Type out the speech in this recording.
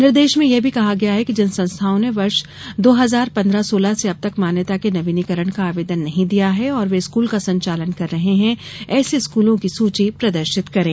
निर्देश में यह भी कहा गया है कि जिन संस्थाओं ने वर्ष दो हजार पन्द्रह सौलह से अब तक मान्यता के नवीनीकरण का आवेदन नहीं दिया है और वे स्कूल का संचालन कर रहे हैं एसे स्कूलों की सूची प्रदर्शित करें